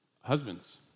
husbands